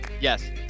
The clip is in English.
Yes